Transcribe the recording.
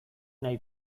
nahi